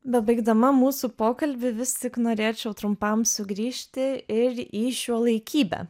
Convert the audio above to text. bebaigdama mūsų pokalbį vis tik norėčiau trumpam sugrįžti ir į šiuolaikybę